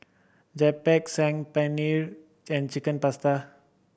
Japchae Saag Paneer and Chicken Pasta